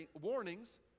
warnings